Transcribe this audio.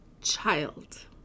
Child